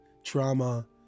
trauma